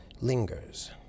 lingers